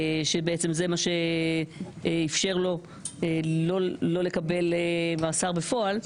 שבעצם זה מה שאפשר לו לא לקבל מאסר בפועל,